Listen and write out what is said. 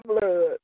blood